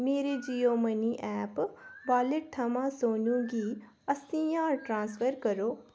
मेरे Jio money app wallet थमां सोनू गी अस्सी ज्हार ट्रांसफर करो